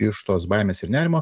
iš tos baimės ir nerimo